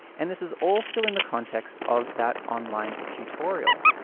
and this is all still in the context of that online tutorial.